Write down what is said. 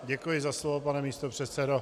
Děkuji za slovo, pane místopředsedo.